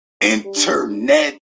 internet